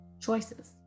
choices